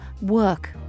work